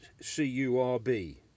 C-U-R-B